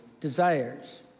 desires